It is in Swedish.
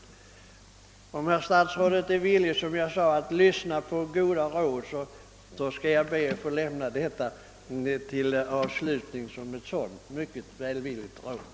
Detta är mycket viktigt. Om herr statsrådet som jag tidigare sade är villig att lyssna till goda råd, ber jag att som avslutning få lämna detta mycket välvilliga råd.